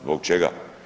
Zbog čega?